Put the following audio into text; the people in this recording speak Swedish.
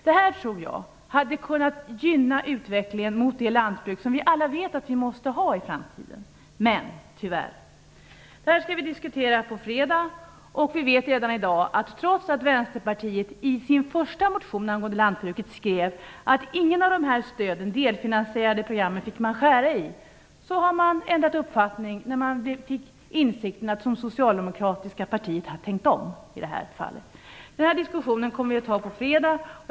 Detta tror jag skulle kunna gynna utvecklingen mot det lantbruk som vi alla vet att vi måste ha i framtiden, men tyvärr blir det inte så. Det här skall vi diskutera på fredag. Trots att Vänsterpartiet i sin första motion angående lantbruket skrev att man inte fick skära i något av dessa stöd i det delfinansierade programmet, har partiet ändrat uppfattning när det fick insikten om att det soicaldemokratiska partiet har tänkt om i det här fallet. Den här diskussionen kommer vi att föra på fredag.